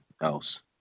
else